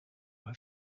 have